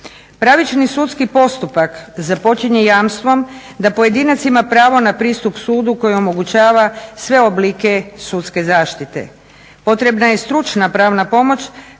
Pravični sudski postupak započinje jamstvom da pojedinac ima pravo na pristup sudu koji omogućava sve oblike sudske zaštite. Potrebna je stručna pravna pomoć